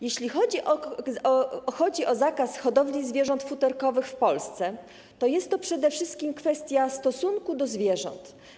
Jeśli chodzi o zakaz hodowli zwierząt futerkowych w Polsce, to jest to przede wszystkim kwestia stosunku do zwierząt.